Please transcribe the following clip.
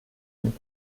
n’est